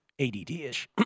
ADD-ish